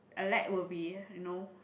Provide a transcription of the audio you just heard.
a lag will be you know